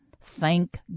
Thank